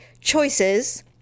choices